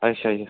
ਅੱਛਾ ਜੀ